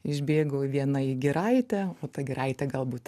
išbėgo viena į giraitę o ta giraitė galbūt